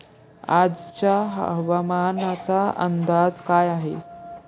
आजचा हवामानाचा अंदाज काय आहे?